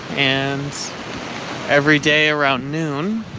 and every day around noon,